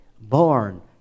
born